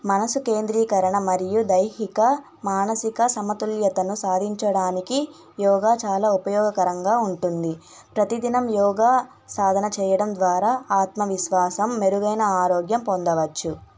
మనసు కేంద్రీకరణ మరియు దైహిక మానసిక సమతుల్యతను సాధించడానికి యోగా చాలా ఉపయోగకరంగా ఉంటుంది ప్రతిదినం యోగా సాధన చెయ్యడం ద్వారా ఆత్మవిశ్వాసం మెరుగైన ఆరోగ్యం పొందవచ్చు